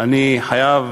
אני חייב,